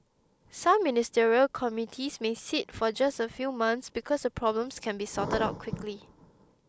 some ministerial committees may sit for just a few months because the problems can be sorted out quickly